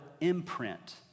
imprint